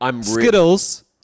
Skittles